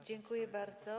Dziękuję bardzo.